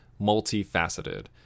multifaceted